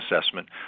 assessment